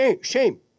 shame